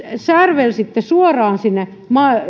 särvelsitte suoraan sinne